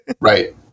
Right